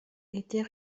était